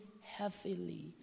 heavily